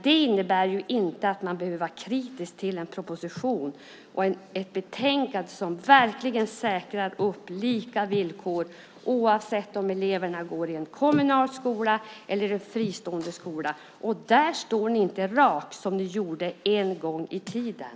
Det innebär inte att man behöver vara kritisk till en proposition och ett betänkande som verkligen säkrar lika villkor oavsett om eleverna går i en kommunal skola eller i en fristående skola. Där står ni inte rakt, som ni gjorde en gång i tiden.